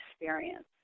experience